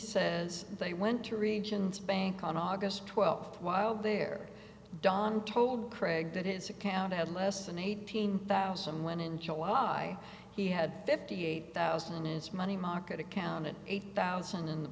says they went to regents bank on aug twelfth while there don told craig that his account had less than eighteen thousand when in july he had fifty eight thousand is money market account and eighty thousand in the